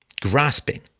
grasping